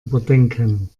überdenken